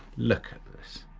look at this,